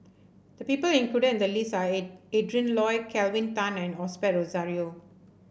the people included in the list are A Adrin Loi Kelvin Tan and Osbert Rozario